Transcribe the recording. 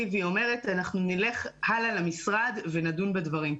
שאומרת: אנחנו נלך הלאה למשרד ונדון בדברים.